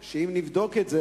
אף-על-פי שאם נבדוק את זה,